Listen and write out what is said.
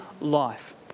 life